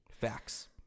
Facts